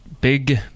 Big